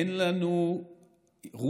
אין לנו רוח,